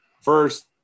first